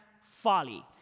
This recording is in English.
folly